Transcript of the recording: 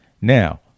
now